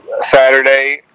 Saturday